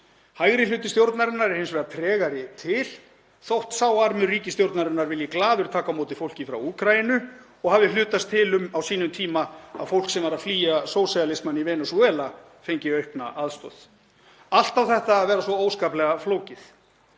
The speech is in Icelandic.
Hægri hluti stjórnarinnar er hins vegar tregari til þótt sá armur ríkisstjórnarinnar vilji glaður taka á móti fólki frá Úkraínu og hafi hlutast til um á sínum tíma að fólk sem var að flýja sósíalismann í Venesúela fengi aukna aðstoð. Allt á þetta að vera svo óskaplega flókið.